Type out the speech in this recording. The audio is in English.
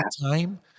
time